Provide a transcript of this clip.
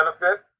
benefit